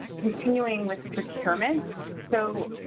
continuing with procurement. so